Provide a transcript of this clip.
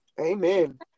Amen